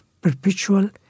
perpetual